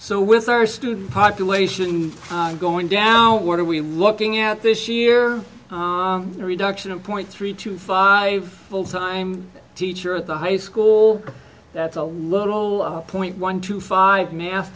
so with our student population going down what are we looking at this year the reduction of point three to five full time teacher at the high school that's a little point one two five math